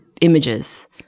images